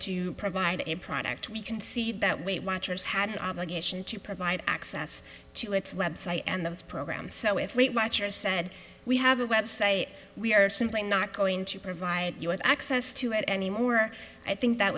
to provide a product we can see that weight watchers had an obligation to provide access to its website and those programs so if we watch or said we have a website we are simply not going to provide you with access to it anymore i think that